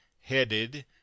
headed